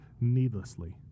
needlessly